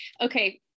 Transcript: Okay